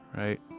right?